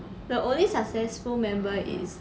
the only successful member is